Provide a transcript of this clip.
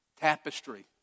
Tapestry